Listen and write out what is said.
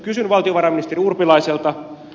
kysyn valtiovarainministeri urpilaiselta